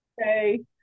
Okay